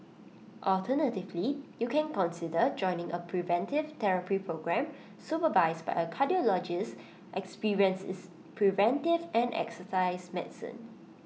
alternatively you can consider joining A preventive therapy programme supervised by A cardiologist experienced in preventive and exercise medicine